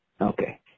Okay